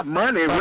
money